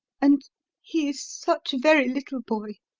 and he is such a very little boy.